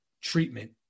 Treatment